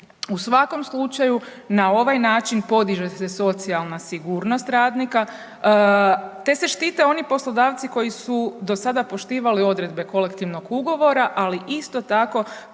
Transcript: U svakom slučaju na ovaj način podiže se socijalna sigurnost radnika, te se štite oni poslodavci koji su do sada poštivali odredbe kolektivnog ugovora, ali isto tako